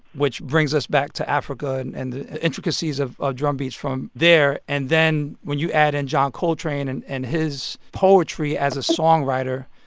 which brings us back to africa and and the intricacies of drumbeats from there. and then when you add in john coltrane and and his poetry as a songwriter,